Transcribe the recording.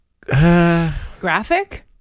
graphic